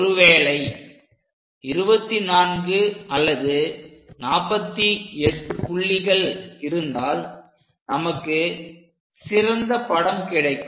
ஒருவேளை 24 அல்லது 48 புள்ளிகள் இருந்தால் நமக்கு சிறந்த படம் கிடைக்கும்